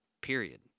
Period